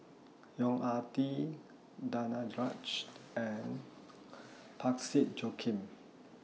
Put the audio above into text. Yong Ah Kee Danaraj and Parsick Joaquim